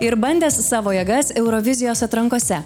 ir bandęs savo jėgas eurovizijos atrankose